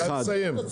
אתה חייב לסיים.